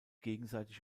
gegenseitig